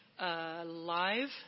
live